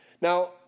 Now